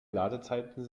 ladezeiten